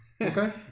Okay